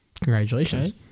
Congratulations